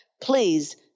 please